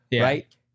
right